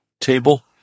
table